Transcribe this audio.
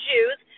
Jews